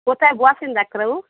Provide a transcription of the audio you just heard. কোথায় বসেন ডাক্তারবাবু